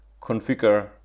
Configure